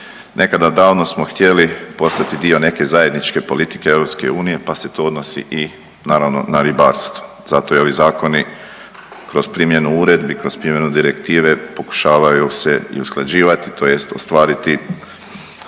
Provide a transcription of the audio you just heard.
nekada davno smo htjeli postati dio neke zajedničke politike EU, pa se to odnosi naravno i na ribarstvo. Zato i ovi zakoni kroz primjenu uredbi i kroz primjenu direktive pokušavaju se i usklađivati tj. ostvariti